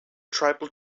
tribal